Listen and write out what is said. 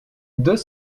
deux